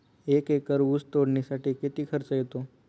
एक एकर ऊस तोडणीसाठी किती खर्च येतो?